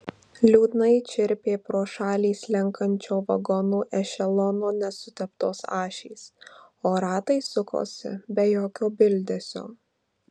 liūdnai čirpė pro šalį slenkančio vagonų ešelono nesuteptos ašys o ratai sukosi be jokio bildesio